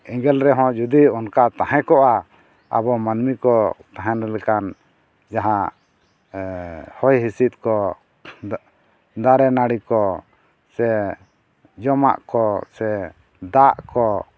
ᱮᱸᱜᱮᱞ ᱨᱮᱦᱚᱸ ᱡᱩᱫᱤ ᱚᱱᱠᱟ ᱛᱟᱦᱮᱸ ᱠᱚᱜᱼᱟ ᱟᱵᱚ ᱢᱟᱱᱢᱤ ᱠᱚ ᱛᱟᱦᱮᱱ ᱞᱮᱠᱟᱱ ᱡᱟᱦᱟᱸ ᱦᱚᱭ ᱦᱤᱸᱥᱤᱫᱽᱠᱚ ᱫᱟᱨᱮ ᱱᱟᱹᱲᱤ ᱠᱚ ᱥᱮ ᱡᱚᱢᱟᱜ ᱠᱚ ᱥᱮ ᱫᱟᱜ ᱠᱚ